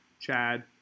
Chad